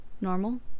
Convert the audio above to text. normal